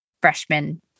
freshman